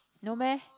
no meh